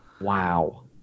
Wow